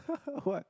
what